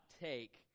take